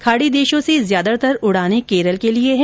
खाडी देशों से ज्यादातर उडाने कैरल के लिए है